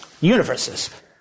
universes